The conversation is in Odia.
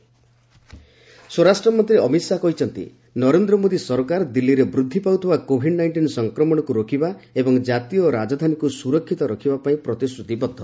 ଏଚ୍ଏମ୍ ହେଲ୍ଥ ସର୍ଭେ ସ୍ୱରାଷ୍ଟ୍ରମନ୍ତ୍ରୀ ଅମିତ ଶାହା କହିଛନ୍ତି ନରେନ୍ଦ୍ର ମୋଦି ସରକାର ଦିଲ୍ଲୀରେ ବୃଦ୍ଧି ପାଉଥିବା କୋଭିଡ୍ ନାଇଷ୍ଟିନ୍ ସଂକ୍ରମଣକୁ ରୋକିବା ଏବଂ ଜାତୀୟ ରାଜଧାନୀକୁ ସୁରକ୍ଷିତ ରଖିବା ପାଇଁ ପ୍ରତିଶ୍ରତିବଦ୍ଧ